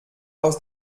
aus